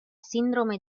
sindrome